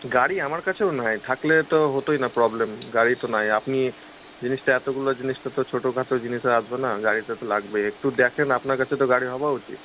গাড়ি আমার কাছেও নেই থাকলে তো হতোই না প্রবলেম গাড়ি তো নেই আপনি জিনিসটা এতগুলো জিনিস তো তো ছোটখাটো জিনিস আর আসবে না গাড়িতে তো লাগবে একটু দেখেন আপনার কাছে তো গাড়ি হওয়া উচিত